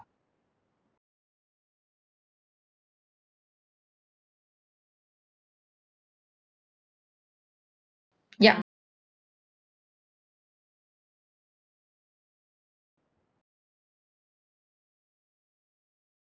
yup